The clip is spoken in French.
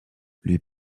lui